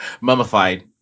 Mummified